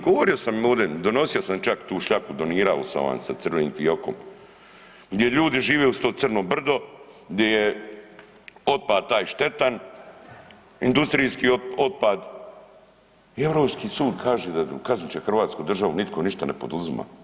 Govorio sam ovden, donosio sam čak tu šljaku, donirao sam vam sa crvenim fiokom, gdje ljudi žive uz to Crno brdo, gdje je otpad taj štetan, industrijski otpad i europski sud kaže kaznit će hrvatsku državu nitko ništa ne poduzima.